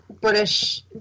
British